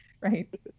right